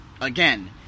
Again